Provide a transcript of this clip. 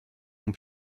ont